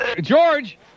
George